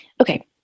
Okay